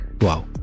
Wow